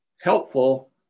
helpful